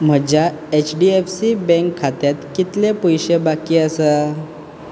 म्हज्या H D F C bank खात्यांत कितले पयशे बाकी आसा